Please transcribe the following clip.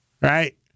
Right